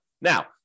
Now